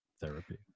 therapy